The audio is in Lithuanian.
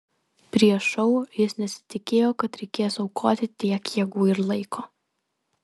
prieš šou jis nesitikėjo kad reikės aukoti tiek jėgų ir laiko